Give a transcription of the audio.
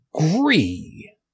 agree